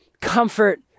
comfort